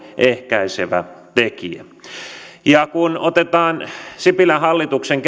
ehkäisevä tekijä ja kun otetaan huomioon sipilän hallituksen